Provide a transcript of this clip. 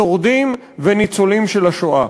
שורדים וניצולים של השואה.